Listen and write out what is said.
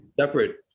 separate